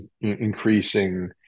increasing